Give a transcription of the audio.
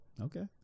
Okay